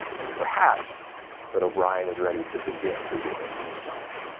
and perhaps that o'brien is ready to begin forgiving himself.